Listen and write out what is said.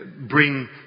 bring